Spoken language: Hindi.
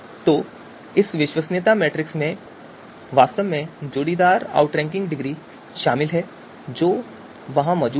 तो इस विश्वसनीयता मैट्रिक्स में वास्तव में सभी जोड़ीदार आउटरैंकिंग डिग्री शामिल हैं जो वहां मौजूद हैं